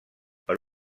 per